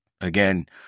Again